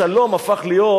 "שלום" הפכה להיות